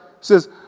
says